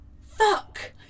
fuck